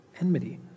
enmity